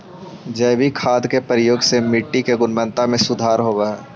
जैविक खाद के प्रयोग से मट्टी के गुणवत्ता में सुधार होवऽ हई